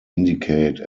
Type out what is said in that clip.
indicate